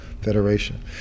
Federation